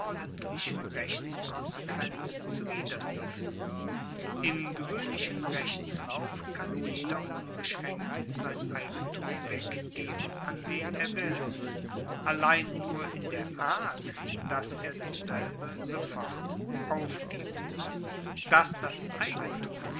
ordentlichen rechtskonsequenz zuwiderliefen im gewoehnlichen rechtslauf kann jeder unbeschraenkt sein eigentum weggeben an wen er will allein nur in der art dass er dasselbe sofort aufgibt dass das eigentum